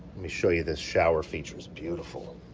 me show you this shower feature. it's beautiful.